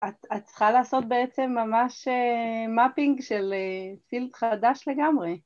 את צריכה לעשות בעצם ממש מאפינג של שילד חדש לגמרי.